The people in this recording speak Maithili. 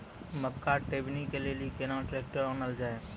मक्का टेबनी के लेली केना ट्रैक्टर ओनल जाय?